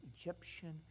Egyptian